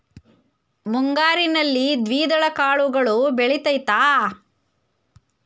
ಮುಂಗಾರಿನಲ್ಲಿ ದ್ವಿದಳ ಕಾಳುಗಳು ಬೆಳೆತೈತಾ?